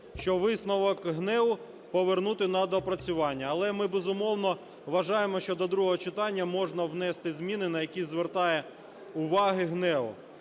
що висновок ГНЕУ - повернути на доопрацювання. Але ми, безумовно, вважаємо, що до другого читання можна внести зміни, на які звертає увагу ГНЕУ.